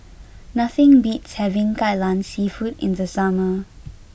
nothing beats having Kai Lan seafood in the summer